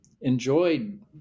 enjoyed